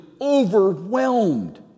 overwhelmed